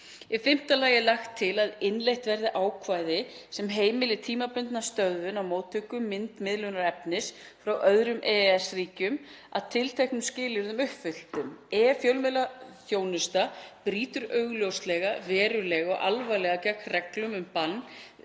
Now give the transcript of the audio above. Í fimmta lagi er lagt til að innleitt verði ákvæði sem heimili tímabundna stöðvun á móttöku myndmiðlunarefnis frá öðrum EES-ríkjum að tilteknum skilyrðum uppfylltum ef fjölmiðlaþjónusta brýtur augljóslega, verulega og alvarlega gegn reglum um bann